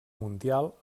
mundial